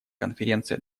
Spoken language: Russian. конференция